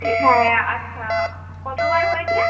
হ্যাঁ আচ্ছা কতবার হয়েছে